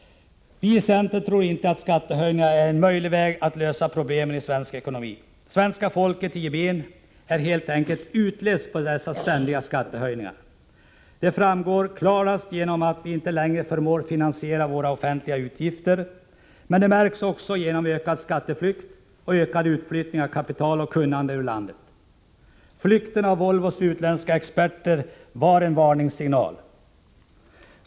Vi i centern tror inte att skattehöjningar är en möjlig väg för att lösa problemen i den svenska ekonomin. Svenska folket i gemen är helt enkelt ”utless” på de ständiga skattehöjningarna. Det framgår klarast genom att vi inte längre förmår finansiera våra offentliga utgifter. Men det märks också genom ökad skatteflykt och ökad utflyttning av kapital och kunnande ur landet. Flykten av Volvos utländska experter var en varningssignal.